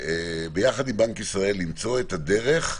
יחד עם בנק ישראל ימצאו את הדרך.